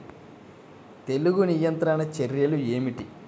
తెగులు నియంత్రణ చర్యలు ఏమిటి?